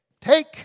take